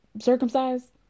circumcised